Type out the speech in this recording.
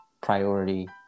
priority